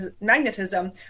magnetism